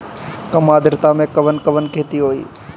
कम आद्रता में कवन कवन खेती होई?